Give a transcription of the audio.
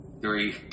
three